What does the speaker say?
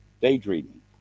daydreaming